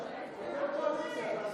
אתם קואליציה.